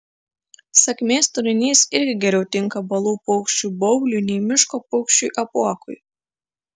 sakmės turinys irgi geriau tinka balų paukščiui baubliui nei miško paukščiui apuokui